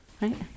right